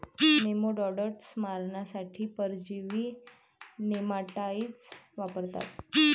nematodes मारण्यासाठी परजीवी nematicides वापरतात